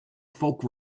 folk